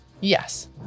Yes